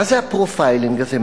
מה זה ה-profiling הזה?